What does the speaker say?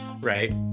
right